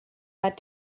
had